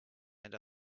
and